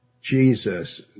jesus